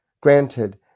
Granted